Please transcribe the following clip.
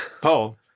Paul